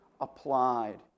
applied